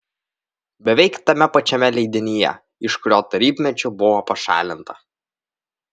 beveik tame pačiame leidinyje iš kurio tarybmečiu buvo pašalinta